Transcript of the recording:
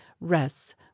rests